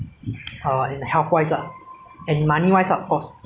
humans will become endang~ will face a a high danger I pause